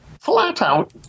flat-out